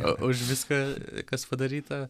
už viską kas padaryta